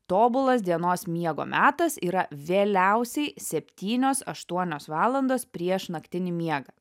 tobulas dienos miego metas yra vėliausiai septynios aštuonios valandos prieš naktinį miegą